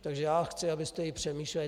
Takže já chci, abyste i přemýšleli.